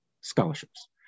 scholarships